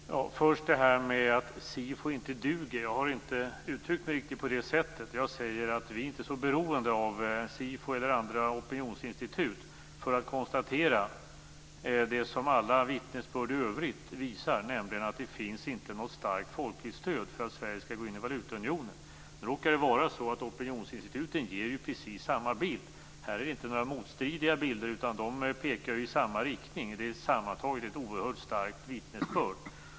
Herr talman! Låt mig först ta upp detta med att SIFO inte duger. Jag har inte uttryckt mig riktigt på det sättet. Jag sade att vi inte är så beroende av SIFO eller andra opinionsinstitut för att konstatera det som alla vittnesbörd i övrigt visar, nämligen att det inte finns något starkt folkligt stöd för att Sverige skall gå in i valutaunionen. Nu råkar det vara så att opinionsinstituten ger precis samma bild. Det är inte några motstridiga bilder här, utan de pekar i samma riktning. Det är sammantaget ett oerhört starkt vittnesbörd.